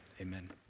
amen